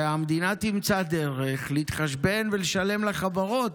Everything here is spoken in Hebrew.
שהמדינה תמצא דרך להתחשבן ולשלם לחברות,